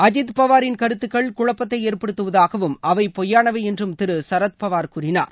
அஜீத் பவாரின் கருத்துக்கள் குழப்பதை ஏற்படுத்துவதாகவும் அவை பொய்யானவை என்றும் திரு சரத்பவார் கூறினார்